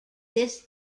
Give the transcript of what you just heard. this